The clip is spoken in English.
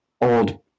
old